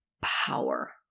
power